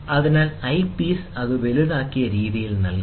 അതിനാൽ ഐപീസ് അത് വലുതാക്കിയ രീതിയിൽ നൽകുന്നു